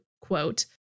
quote